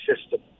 system